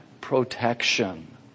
protection